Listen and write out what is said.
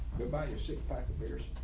goodbye, you're sick pack of beers.